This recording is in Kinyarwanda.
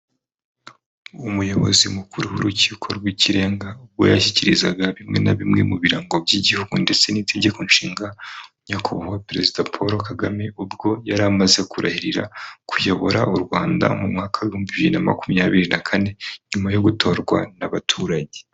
Umuyobozi mukuru w'urukiko rw'ikirenga ubwo yashyikirizaga bimwe na bimwe mu birango by'igihugu ndetse n'itegeko nshinga nyakubahwa perezida Paul Kagame ubwo yari amaze kurahirira kuyobora u Rwanda mu mwaka wi'ibihumbi mbibiri na makumyabiri na kane nyuma yo gutorwa n'abaturage.